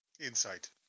Insight